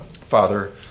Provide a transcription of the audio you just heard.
Father